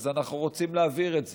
אז אנחנו רוצים להבהיר את זה.